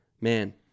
Man